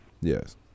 Yes